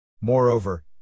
Moreover